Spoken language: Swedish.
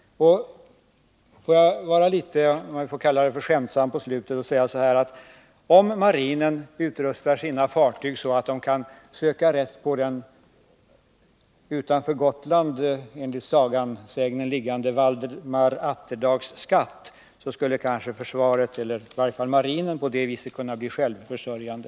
För att avslutningsvis vara litet skämtsam skulle jag vilja säga att om marinen utrustade sina fartyg så att man med hjälp av dessa kunde söka rätt på Valdemar Atterdags skatt som enligt sägnen lär finnas i havet utanför Gotland skulle kanske försvaret, eller i varje fall marinen, på det sättet kunna bli självförsörjande.